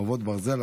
חרבות ברזל),